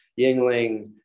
Yingling